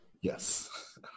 Yes